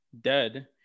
dead